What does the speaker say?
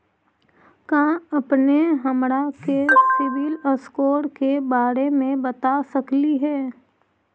का अपने हमरा के सिबिल स्कोर के बारे मे बता सकली हे?